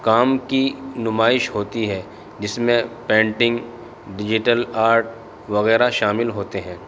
کام کی نمائش ہوتی ہے جس میں پینٹنگ ڈیجیٹل آرٹ وغیرہ شامل ہوتے ہیں